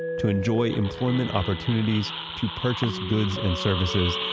to enjoy employment opportunities, to purchase good and services,